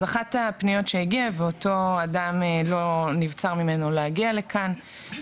אחת הפניות שבחרתי להציג ונבצר מאותו אדם להגיע לכאן: